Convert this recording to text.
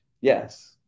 Yes